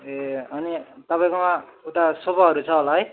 ए अनि तपाईँकोमा उता सोफाहरू छ होला है